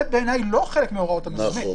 זה בעיניי לא חלק מהוראות הממונה,